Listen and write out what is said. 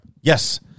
Yes